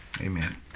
amen